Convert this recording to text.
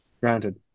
Granted